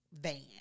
van